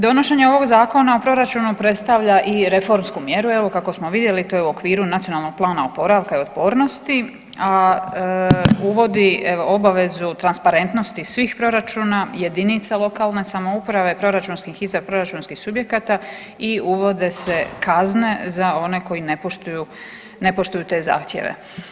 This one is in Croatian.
Donošenje ovog Zakona o proračunu predstavlja i reformsku mjeru evo kako smo vidjeli to je u okviru Nacionalnog plana oporavka i otpornosti, a uvodi evo obavezu transparentnosti svih proračuna jedinica lokalne samouprave, proračunskih …/nerazumljivo/… proračunskih subjekata i uvode se kazne za one koji ne poštuju, ne poštuju te zahtjeve.